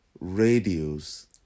radios